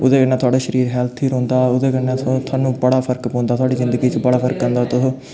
ओह्दे कन्नै थोआढ़ा शरीर हैल्दी रौंह्दा ओह्दे कन्नै थोआनू बड़ा फर्क पौंदा थुआढ़ी जिन्दगी च बड़ा फर्क आंदा